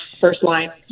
first-line